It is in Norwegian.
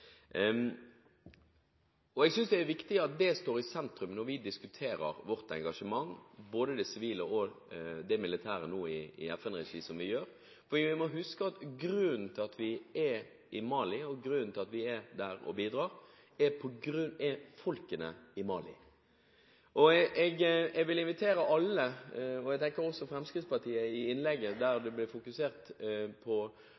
andre. Jeg synes det er viktig at det står i sentrum når vi diskuterer vårt engasjement i FN-regi – både det sivile og det militære – som vi nå gjør. Vi må huske at grunnen til at vi er til stede og bidrar i Mali, er menneskene i Mali. Jeg tenker på Fremskrittspartiets innlegg, der det ble fokusert på betydningen av sikkerheten for våre styrker. Det er jeg helt enig i,